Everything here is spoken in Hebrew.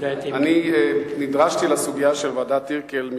אני נדרשתי לסוגיה של ועדת-טירקל,